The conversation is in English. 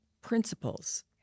principles